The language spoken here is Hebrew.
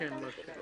אנשי